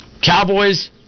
Cowboys